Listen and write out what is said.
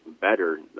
better